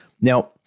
Now